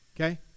Okay